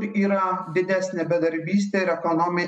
yra didesnė bedarbystė ir ekonomi